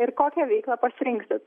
ir kokią veiklą pasirinksit